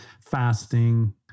fasting